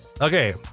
Okay